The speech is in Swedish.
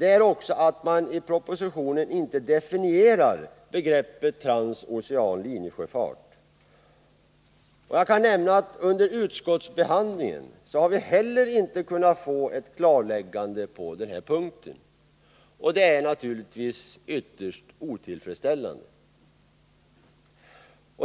är att man i propositionen inte definierar begreppet transocean linjesjöfart. Jag kan nämna att vi inte heller under utskottsbehandlingen kunnat få ett klarläggande på den här punkten, och det är naturligtvis ytterst otillfredsställande.